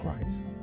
Christ